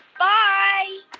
bye